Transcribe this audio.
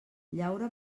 llaura